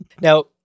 Now